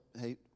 hey